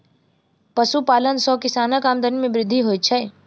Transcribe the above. पशुपालन सॅ किसानक आमदनी मे वृद्धि होइत छै